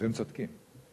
והם צודקים.